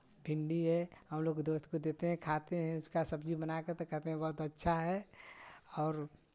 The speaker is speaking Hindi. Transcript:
भिन्डी है हमलोग दोस्त को देते हैं खाते हैं उसका सब्जी बना कर तो कहते हैं बहुत अच्छा है और